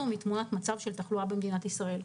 מתמונת המצב של התחלואה במדינת ישראל.